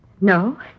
No